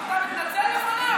אתה מתנצל בפניו?